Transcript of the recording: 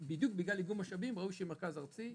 בדיוק בגלל איגום משאבים נתחיל עם מרכז ארצי.